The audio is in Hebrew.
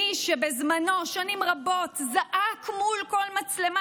מי שבזמנו שנים רבות זעק מול כל מצלמה